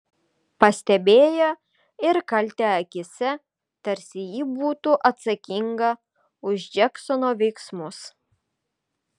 pastebėjo ir kaltę akyse tarsi ji būtų atsakinga už džeksono veiksmus